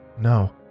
no